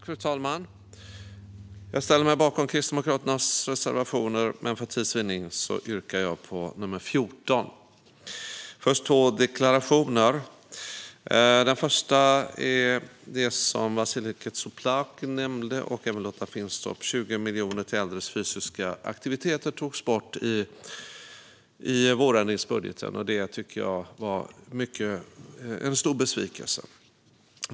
Fru talman! Jag ställer mig bakom Kristdemokraternas reservationer, men för tids vinnande yrkar jag bifall endast till reservation 14. Jag ska först göra två deklarationer. Den första gäller det som Vasiliki Tsouplaki och även Lotta Finstorp nämnde om att 20 miljoner till äldres fysiska aktiviteter togs bort i vårändringsbudgeten. Det tycker jag var en stor besvikelse.